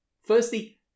Firstly